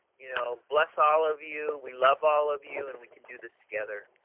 you know bless all of you, we love all of you and we can do this together.